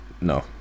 No